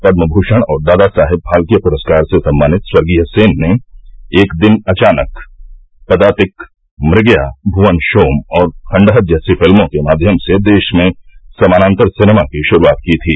पद्मभूषण और दादासाहेब फात्के पुरस्कार से सम्मानित स्वर्गीय सेन ने एक दिन अचानक पदातिक मृगया भूवन शोम और खंडहर जैसी फिल्मों के मध्यम से देश में समानान्तर सिनेमा की शुरूआत की थी